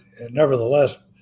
nevertheless